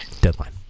deadline